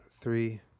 three